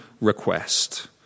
request